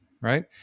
right